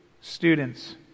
students